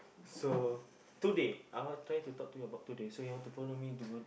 so today I'll trying to talk to you about today so you want to follow me to go